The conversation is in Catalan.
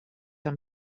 amb